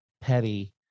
petty